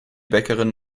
bäckerin